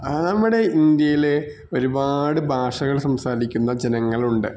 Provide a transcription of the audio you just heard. ആ നമ്മുടെ ഇന്ത്യയിൽ ഒരുപാട് ഭാഷകൾ സംസാരിക്കുന്ന ജനങ്ങളുണ്ട്